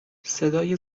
صدای